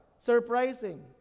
surprising